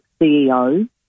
CEO